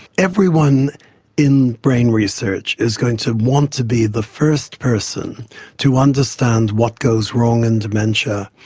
everyone in brain research is going to want to be the first person to understand what goes wrong in dementia,